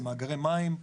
זה מאגרי מים,